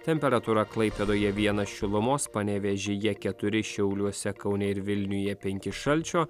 temperatūra klaipėdoje vienas šilumos panevėžyje keturi šiauliuose kaune ir vilniuje penki šalčio